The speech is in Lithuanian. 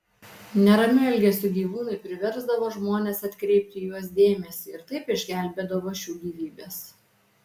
neramiu elgesiu gyvūnai priversdavo žmones atkreipti į juos dėmesį ir taip išgelbėdavo šių gyvybes